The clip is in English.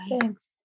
Thanks